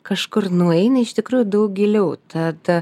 kažkur nueina iš tikrųjų daug giliau ta ta